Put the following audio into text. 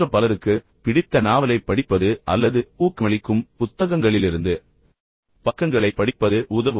மற்ற பலருக்கு பிடித்த நாவலைப் படிப்பது அல்லது ஊக்கமளிக்கும் புத்தகங்களிலிருந்து பக்கங்களைப் படிப்பது உதவும்